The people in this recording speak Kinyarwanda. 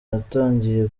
yatangiye